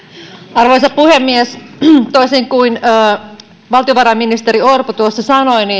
arvoisa puhemies toisin kuin valtiovarainministeri orpo tuossa sanoi